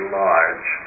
large